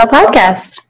Podcast